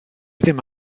ddim